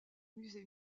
musée